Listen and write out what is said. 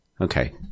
Okay